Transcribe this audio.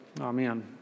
Amen